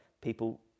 people